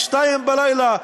ב-02:00,